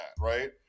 Right